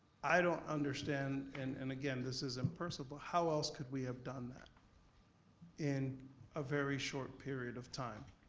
i don't understand, and and again this isn't personal, how else could we have done that in a very short period of time?